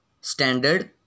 Standard